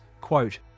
Quote